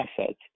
assets